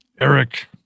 eric